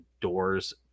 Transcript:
doors